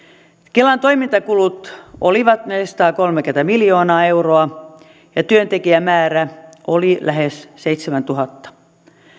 kelan toimintakulut olivat neljäsataakolmekymmentä miljoonaa euroa ja työntekijämäärä oli lähes seitsemäntuhatta